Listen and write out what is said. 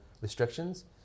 restrictions